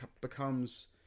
becomes